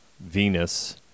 venus